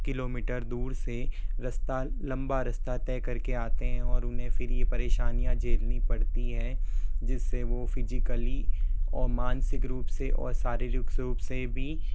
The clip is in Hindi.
किलोमीटर दूर से रस्ता लंबा रस्ता तय करके आते हैं और उन्हें फिर ये परेशानियाँ झेलनी पड़ती है जिस से वो फ़िजिकली और मानसिक रूप से और शारीरिक रूप से भी